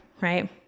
right